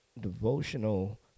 devotional